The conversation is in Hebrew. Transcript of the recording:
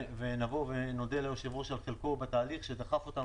ונבוא ונודה ליושב-ראש על חלקו בתהליך שדחף אותנו